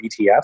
ETF